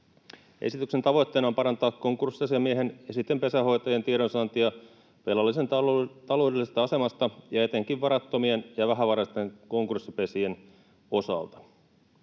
Esityksen tavoitteena on parantaa konkurssiasiamiehen ja sitten pesänhoitajien tiedonsaantia velallisen taloudellisesta asemasta ja etenkin varattomien ja vähävaraisten konkurssipesien osalta.